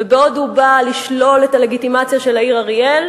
ובעוד הוא בא לשלול את הלגיטימציה של העיר אריאל,